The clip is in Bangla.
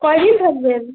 কয় দিন থাকবেন